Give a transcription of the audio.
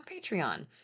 Patreon